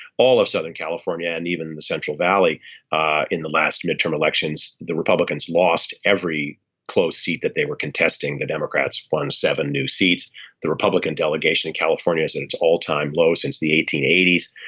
all of southern california and even in the central valley ah in the last midterm elections the republicans lost every close seat that they were contesting the democrats won seven new seats the republican delegation in california is at its all time low since the eighteen eighties.